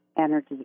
energy